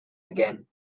again